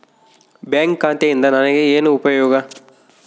Bank ಖಾತೆಯಿಂದ ನನಗೆ ಏನು ಉಪಯೋಗ?